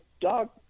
dog